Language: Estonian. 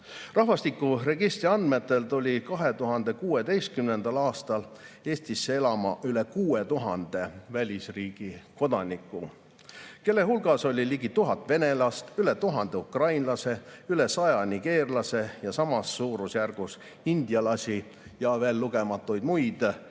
Rahvastikuregistri andmetel tuli 2016. aastal Eestisse elama üle 6000 välisriigi kodaniku, kelle hulgas oli ligi 1000 venelast, üle 1000 ukrainlase, üle 100 nigeerlase ja samas suurusjärgus indialasi ja veel lugematuid muid rahvaid.